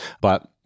But-